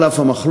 על אף המחלוקת,